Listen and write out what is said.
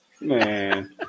Man